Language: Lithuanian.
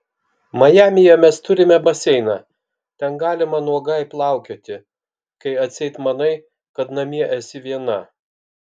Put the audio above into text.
majamyje mes turime baseiną ten galima nuogai plaukioti kai atseit manai kad namie esi viena